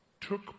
took